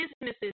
businesses